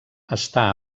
està